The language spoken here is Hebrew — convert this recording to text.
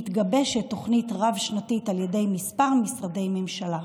מתגבשת תוכנית רב-שנתית על ידי כמה משרדי ממשלה.